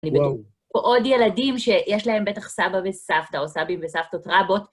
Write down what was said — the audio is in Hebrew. ועוד ילדים שיש להם בטח סבא וסבתא, או סבים וסבתות רבות.